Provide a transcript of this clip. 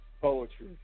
poetry